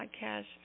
podcast